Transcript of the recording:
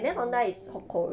orh